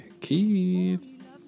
Keith